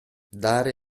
dare